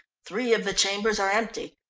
three of the chambers are empty.